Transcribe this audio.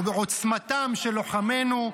ובעוצמתם של לוחמינו,